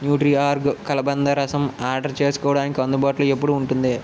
న్యూడ్రి ఆర్గ్ కలబంద రసం ఆర్డర్ చేసుకోడానికి అందుబాటులో ఎప్పుడు ఉంటుంది